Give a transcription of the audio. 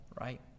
right